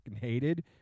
hated